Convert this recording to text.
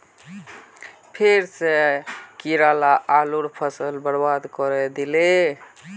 फेर स कीरा ला आलूर फसल बर्बाद करे दिले